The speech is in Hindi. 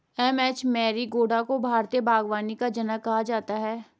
एम.एच मैरिगोडा को भारतीय बागवानी का जनक कहा जाता है